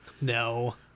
No